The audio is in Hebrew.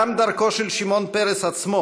גם דרכו של שמעון פרס עצמו